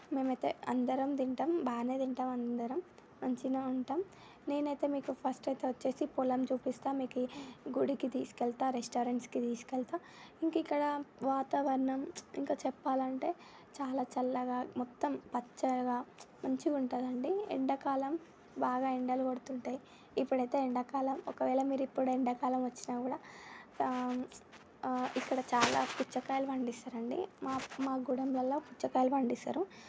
మేము అయితే అందరం తింటాము బాగానే తింటాము అందరం మంచిగానే ఉంటాము నేను అయితే మీకు ఫస్ట్ అయితే వచ్చేసి పోలం చూపిస్తాను మీకు గుడికి తీసుకెళతా రెస్టారెంట్స్కి తీసుకెళతాను ఇంకా ఇక్కడ వాతావరణం ఇంకా చెప్పాలంటే చాలా చల్లగా మొత్తం పచ్చగా మంచిగా ఉంటారు అండి ఎండాకాలం బాగా ఎండలు కొడుతుంటాయి ఇప్పుడైతే ఎండాకాలం ఒకవేళ మీరు ఇప్పుడు ఎండాకాలం వచ్చినా కూడా ఇక్కడ చాలా పుచ్చకాయలు పండిస్తారు అండి మాకు మా గూడెంలలో పుచ్చకాయలు పండిస్తారు